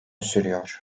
sürüyor